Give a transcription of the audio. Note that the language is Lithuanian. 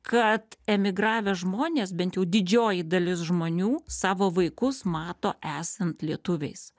kad emigravę žmonės bent jau didžioji dalis žmonių savo vaikus mato esant lietuviais